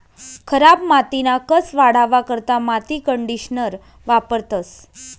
खराब मातीना कस वाढावा करता माती कंडीशनर वापरतंस